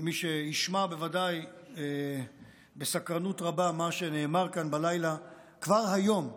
מי שישמע בוודאי בסקרנות רבה מה שנאמר כאן בלילה: כבר היום,